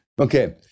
okay